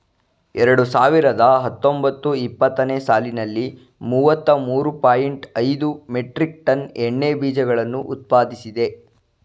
ಎರಡು ಸಾವಿರದ ಹತ್ತೊಂಬತ್ತು ಇಪ್ಪತ್ತನೇ ಸಾಲಿನಲ್ಲಿ ಮೂವತ್ತ ಮೂರು ಪಾಯಿಂಟ್ ಐದು ಮೆಟ್ರಿಕ್ ಟನ್ ಎಣ್ಣೆ ಬೀಜಗಳನ್ನು ಉತ್ಪಾದಿಸಿದೆ